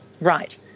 right